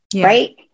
right